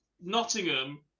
Nottingham